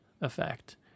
effect